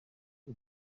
uyu